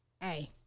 hey